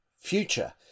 future